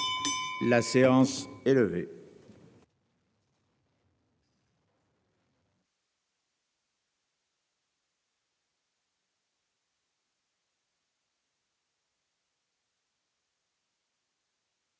La séance est levée.